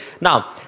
now